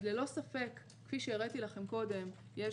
אז ללא ספק כפי שהראיתי לכם קודם יש